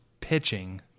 Pitching